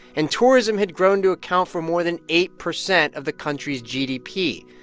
and tourism had grown to account for more than eight percent of the country's gdp.